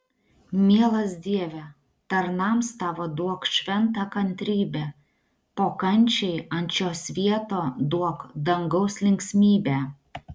mielas dieve tarnams tavo duok šventą kantrybę po kančiai ant šio svieto duok dangaus linksmybę